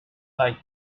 like